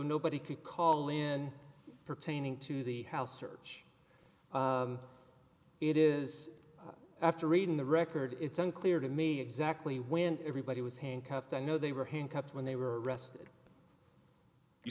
nobody could call in pertaining to the house search it is after reading the record it's unclear to me exactly when everybody was handcuffed i know they were handcuffed when they were arrested you